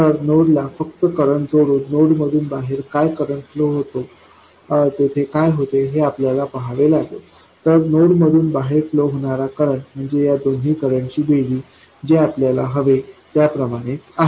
तर नोडला फक्त करंट जोडून नोडमधून बाहेर काय करंट फ्लो होतो तेथे काय होते ते आपल्याला पहावे लागेल तर नोड मधून बाहेर फ्लो होणारा करंट म्हणजे या दोन्ही करंटची बेरीज जे आपल्याला हवे त्याप्रमाणेच आहे